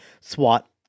SWAT